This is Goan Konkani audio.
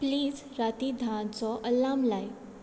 प्लीज राती धांचो अलार्म लाय